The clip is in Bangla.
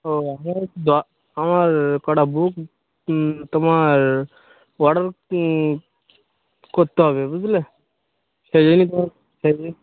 ও আমার দ আমার কটা বুক তোমার অর্ডার করতে হবে বুঝলে সে জন্যেই তো সেই জন্যেই